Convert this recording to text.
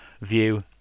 view